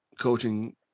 coaching